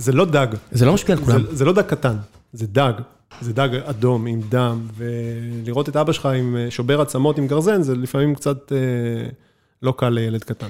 זה לא דג, זה לא דג קטן, זה דג, זה דג אדום עם דם, ולראות את אבא שלך עם שובר עצמות, עם גרזן, זה לפעמים קצת לא קל לילד קטן.